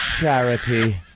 charity